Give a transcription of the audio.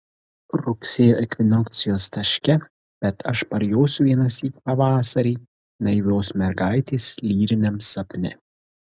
rugsėjo ekvinokcijos taške bet aš parjosiu vienąsyk pavasarį naivios mergaitės lyriniam sapne